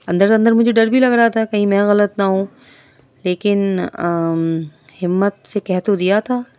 اندر اندر مجھے ڈر بھی لگ رہا تھا کہیں میں غلط نہ ہوں لیکن ہمت سے کہہ تو دیا تھا